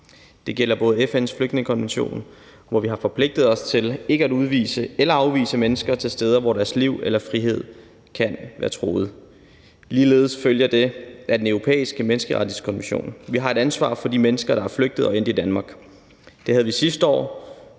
Det gælder FN's flygtningekonvention, hvor vi har forpligtet os til ikke at udvise eller afvise mennesker til steder, hvor deres liv eller frihed kan være truet, og ligeledes følger det af Den Europæiske Menneskerettighedskonvention, at vi har et ansvar for de mennesker, der er flygtet og endt i Danmark. Det havde vi sidste år,